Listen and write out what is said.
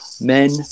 men